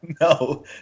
No